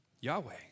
Yahweh